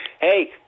Hey